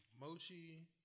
mochi